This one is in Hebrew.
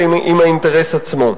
לא אם אני מעביר הצעת חוק או לא מעביר הצעת